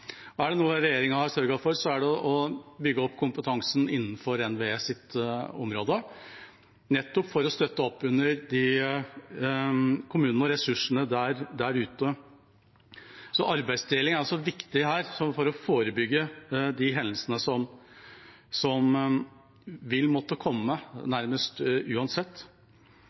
Er det noe regjeringa har sørget for, er det å bygge opp kompetansen innenfor NVEs område, nettopp for å støtte opp under kommunene og ressursene der ute. Arbeidsdeling er også viktig her for å forebygge de hendelsene som vil måtte komme nærmest uansett.